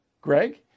Greg